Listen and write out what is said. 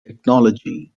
technology